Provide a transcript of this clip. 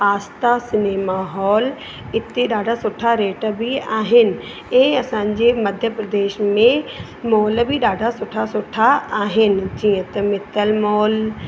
आस्ता cinema hall इते ॾाढा सुठा रेट बि आहिनि ऐं असांजे मध्य प्रदेश में मॉल बि ॾाढा सुठा सुठा आहिनि जीअं त मित्तल मॉल